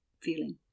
feeling